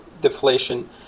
deflation